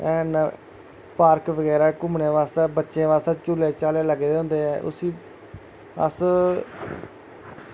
हैन पार्क बगैरा घूमने आस्तै बच्चें आस्तै झूल्ले झाल्ले लग्गे दे होंदे उस्सी अस